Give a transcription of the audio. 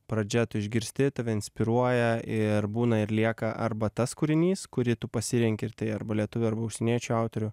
pradžia tu išgirsti tave inspiruoja ir būna ir lieka arba tas kūrinys kurį tu pasirenki ir tai arba lietuvių arba užsieniečių autorių